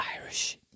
Irish